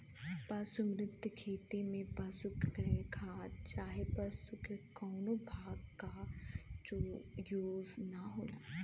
पशु मुक्त खेती में पशु के खाद चाहे पशु के कउनो भाग क यूज ना होला